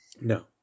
no